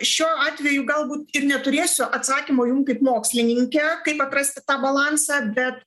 šiuo atveju galbūt ir neturėsiu atsakymo jum kaip mokslininkė kaip atrasti tą balansą bet